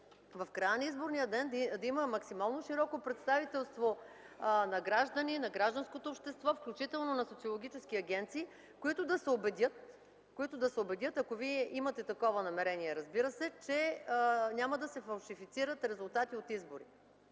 в края на изборния ден да има максимално широко представителство на гражданското общество, включително на социологически агенции, които да се убедят, ако вие имате такова намерение, разбира се, че няма да се фалшифицират резултати от избори.